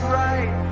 right